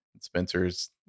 Spencer's